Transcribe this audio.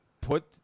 put –